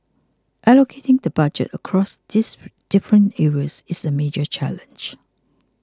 allocating the Budget across these different areas is a major challenge